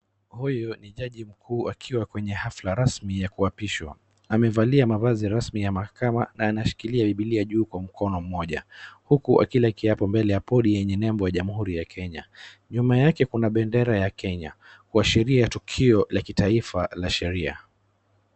Huyu ni jaji mkuu akiwa kwenye hafla rasmi ya kuapishwa. Amevalia mavazi rasmi ya mahakama na anashikilia bibilia juu kwa mkono mmoja uku akila kiapo mbele ya podi yenye nembo ya jamhuri ya Kenya. Nyuma yake kuna bendera ya Kenya kuashiria tukio la kitaifa la sheria.